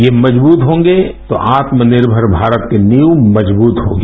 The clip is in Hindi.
ये मजबूत होंगे तो आत्मनिर्मर भारत की नींव मजबूत होगी